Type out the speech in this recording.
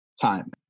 time